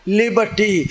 liberty